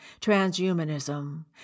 Transhumanism